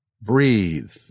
Breathe